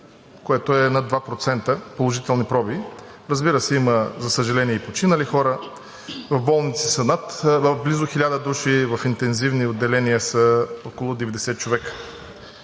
което е над 2% положителни проби. Разбира се, има, за съжаление, и починали хора, в болници са близо 1000 души, в интензивни отделения са около 90 човека.